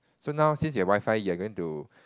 so now since you have Wi-Fi you're going to